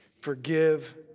Forgive